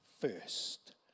first